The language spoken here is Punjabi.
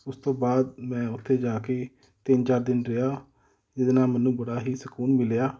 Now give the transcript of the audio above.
ਉਸ ਤੋਂ ਬਾਅਦ ਮੈਂ ਉੱਥੇ ਜਾ ਕੇ ਤਿੰਨ ਚਾਰ ਦਿਨ ਰਿਹਾ ਜਿਹਦੇ ਨਾਲ ਮੈਨੂੰ ਬੜਾ ਹੀ ਸਕੂਨ ਮਿਲਿਆ